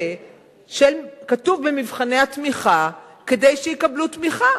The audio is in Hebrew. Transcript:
שכתוב במבחני התמיכה כדי שיקבלו תמיכה.